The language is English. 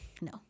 no